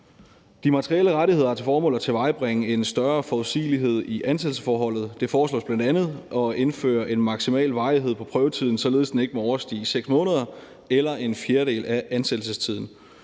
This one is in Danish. De materielle rettigheder har til formål at tilvejebringe en større forudsigelighed i ansættelsesforholdet. Det foreslås bl.a. at indføre en maksimal varighed på prøvetiden, således af den ikke må overstige 6 måneder eller en fjerdedel af ansættelsestiden.